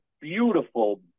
beautiful